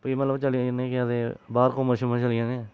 फ्ही मतलब चली जन्ने केह् आखदे बाह्र घूमन शुम्मन चली जन्ने